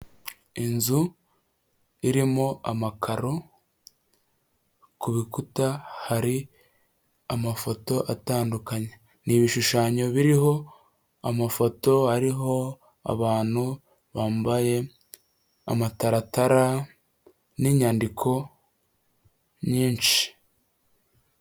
Inzu irimo amakaro ku rukuta hari amafoto atandukanye, ni ibishushanyo biriho amafoto ariho abantu bambaye amataratara n'inyandiko nyinshi.